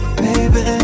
baby